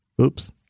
Oops